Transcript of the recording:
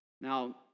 Now